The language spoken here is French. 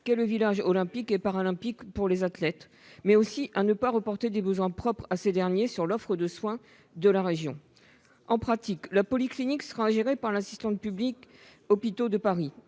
athlètes, le village olympique et paralympique, mais aussi à ne pas reporter des besoins propres à ces derniers sur l'offre de soins de la région. En pratique, la polyclinique sera gérée par l'Assistance publique-Hôpitaux de Paris